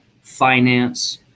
finance